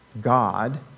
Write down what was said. God